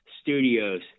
Studios